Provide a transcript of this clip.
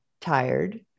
tired